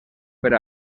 per